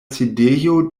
sidejo